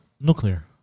Nuclear